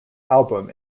album